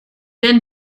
been